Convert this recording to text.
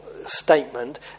statement